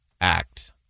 act